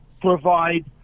provide